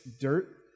Dirt